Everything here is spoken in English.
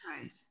right